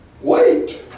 wait